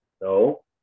no